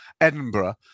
Edinburgh